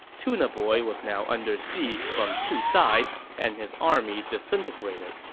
tuna boy was now under siege from two sides, and his army disintegrated,